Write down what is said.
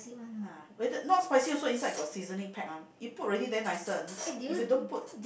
ah whether not spicy also inside also got seasoning pack one you put already then nicer if you don't put